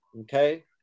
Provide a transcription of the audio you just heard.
Okay